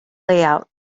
layout